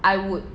I would